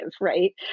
right